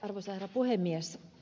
arvoisa herra puhemies